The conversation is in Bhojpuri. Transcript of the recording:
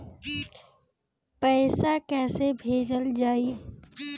पैसा कैसे भेजल जाइ?